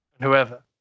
whoever